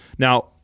Now